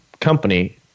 company